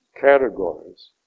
categories